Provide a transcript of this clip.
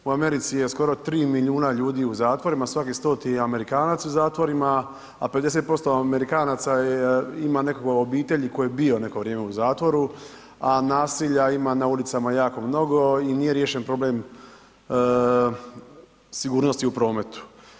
U Americi je skoro 3 milijuna ljudi u zatvorima, svaki 100-ti Amerikanac je u zatvorima, a 50% Amerikanaca ima nekoga u obitelji tko je bio neko vrijeme u zatvoru, a nasilja ima na ulicama jako mnogo i nije riješen problem sigurnosti u prometu.